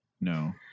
No